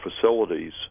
facilities